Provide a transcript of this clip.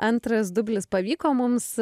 antras dublis pavyko mums